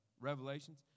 Revelations